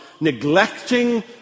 neglecting